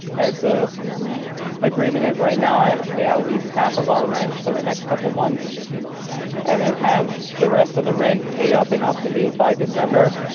as the agreement is right now, i have to pay at least half of our rent for the next couple months and then have the rest of the rent paid up and up to date by december.